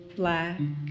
black